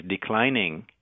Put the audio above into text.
declining